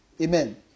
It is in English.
Amen